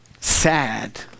sad